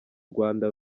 rwanda